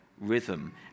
rhythm